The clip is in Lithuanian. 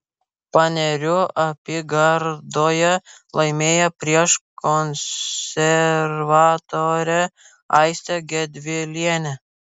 panerių apygardoje laimėjo prieš konservatorę aistę gedvilienę